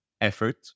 effort